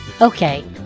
Okay